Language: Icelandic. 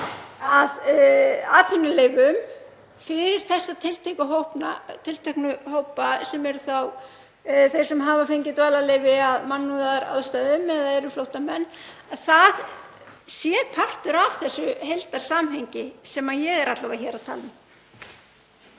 að atvinnuleyfum fyrir þessa tilteknu hópa, sem eru þá þeir sem hafa fengið dvalarleyfi af mannúðarástæðum eða eru flóttamenn, vera partur af þessu heildarsamhengi sem ég er alla vega að tala